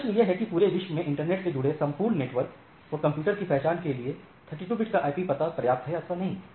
अब प्रश्न यह है की पूरे विश्व में इंटरनेट से जुड़े संपूर्ण नेटवर्कों एवं कंप्यूटरउपकरणों की पहचान के लिए 32 bit का आईपी पता पर्याप्त है अथवा नहीं